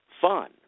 fun